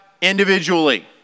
individually